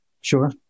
sure